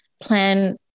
plan